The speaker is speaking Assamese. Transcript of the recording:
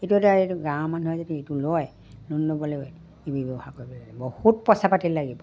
এইটো এতিয়া এইটো গাঁৱৰ মানুহে যদি এইটো লয় লোন ল'বলৈ এই ব্যৱহাৰ কৰিব লাগিব বহুত পইচা পাতি লাগিব